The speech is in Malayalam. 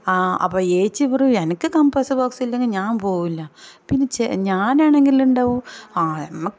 ആ അപ്പം ഏച്ചി പറയും എനിക്ക് കംപോസ് ബോക്സ് ഇല്ലെങ്കിൽ ഞാൻ പോവില്ല പിന്നെ ചെ ഞാനാണെങ്കിലുണ്ടോ ആ നമുക്ക്